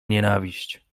nienawiść